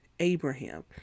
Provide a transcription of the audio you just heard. abraham